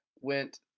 went